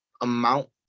amount